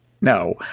No